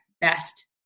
best